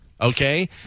Okay